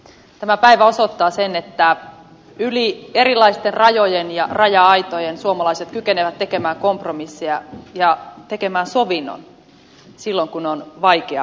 tämä päivä osoittaa sen että yli erilaisten rajojen ja raja aitojen suomalaiset kykenevät tekemään kompromisseja ja tekemään sovinnon silloin kun on vaikea aika